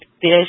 fish